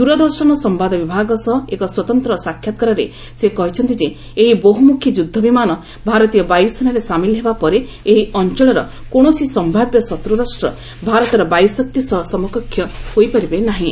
ଦୂରଦର୍ଶନ ସମ୍ବାଦ ବିଭାଗ ସହ ଏକ ସ୍ୱତନ୍ତ୍ର ସାକ୍ଷାତକାରରେ ସେ କହିଛନ୍ତି ଯେ ଏହି ବହୁମୁଖି ଯୁଦ୍ଧ ବିମାନ ଭାରତୀୟ ବାୟସେନାରେ ସାମିଲ ହେବା ପରେ ଏହି ଅଞ୍ଚଳରେ କୌଣସି ସମ୍ଭାବ୍ୟ ଶତ୍ରୁ ରାଷ୍ଟ୍ର ଭାରତର ବାୟୁ ଶକ୍ତି ସହ ସମକକ୍ଷ ହୋଇପାରିବ ନାହିଁ